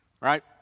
right